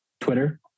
Twitter